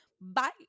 Bye